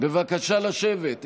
בבקשה לשבת.